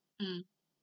mm